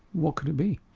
what could it be?